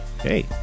Hey